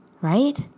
right